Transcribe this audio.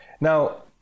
Now